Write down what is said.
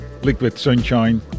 liquidsunshine